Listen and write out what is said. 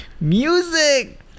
music